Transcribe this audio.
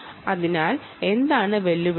അതിനാൽ എന്താണ് വെല്ലുവിളികൾ